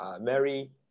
Mary